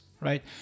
right